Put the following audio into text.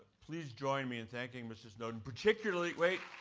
please join me in thanking mr. snowden, particularly wait,